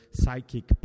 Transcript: psychic